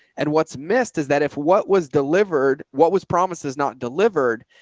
and what's missed is that if what was delivered, what was promised is not delivered.